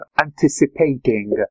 anticipating